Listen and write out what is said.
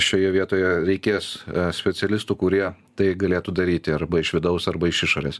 šioje vietoje reikės specialistų kurie tai galėtų daryti arba iš vidaus arba iš išorės